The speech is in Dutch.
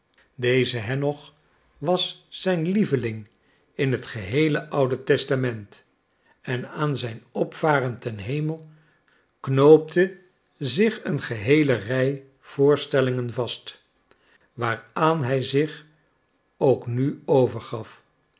deze henoch was zijn lieveling in het geheele oude testament en aan zijn opvaren ten hemel knoopte zich een geheele rij voorstellingen vast waaraan hij zich ook nu overgaf